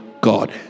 God